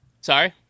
Sorry